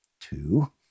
two